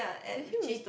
actually is mee~